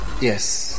Yes